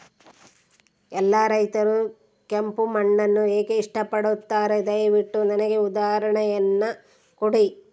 ಎಲ್ಲಾ ರೈತರು ಕೆಂಪು ಮಣ್ಣನ್ನು ಏಕೆ ಇಷ್ಟಪಡುತ್ತಾರೆ ದಯವಿಟ್ಟು ನನಗೆ ಉದಾಹರಣೆಯನ್ನ ಕೊಡಿ?